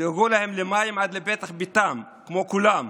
תדאגו להם למים עד לפתח ביתם כמו כולם,